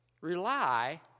Rely